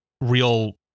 real